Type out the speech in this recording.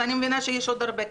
ואני מבינה שיש עוד הרבה כמוני.